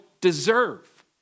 deserve